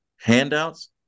handouts